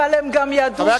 אבל הם גם ידעו,